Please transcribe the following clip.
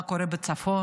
מה קורה בצפון.